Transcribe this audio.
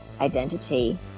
identity